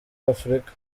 afurika